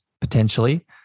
potentially